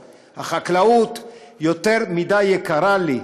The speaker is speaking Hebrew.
החקלאות יותר מדי יקרה לי.